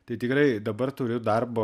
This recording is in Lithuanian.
tai tikrai dabar turiu darbo